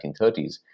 1930s